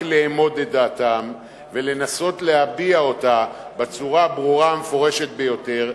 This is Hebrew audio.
לאמוד את דעתם ולנסות להביע אותה בצורה הברורה והמפורשת ביותר,